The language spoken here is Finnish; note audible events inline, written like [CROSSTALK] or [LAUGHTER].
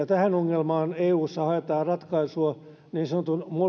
[UNINTELLIGIBLE] tähän ongelmaan eussa haetaan ratkaisua niin sanotun